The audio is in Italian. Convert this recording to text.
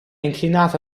inclinata